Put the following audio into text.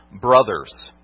brothers